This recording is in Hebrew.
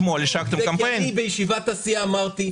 זה כי אני בישיבת הסיעה אמרתי,